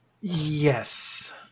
yes